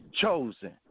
chosen